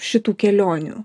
šitų kelionių